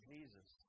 Jesus